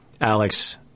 Alex